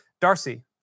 Darcy